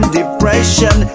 depression